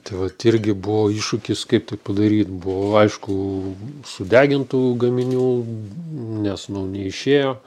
tai vat irgi buvo iššūkis kaip tai padaryt buvo aišku sudegintų gaminių nes nu neišėjo